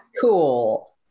Cool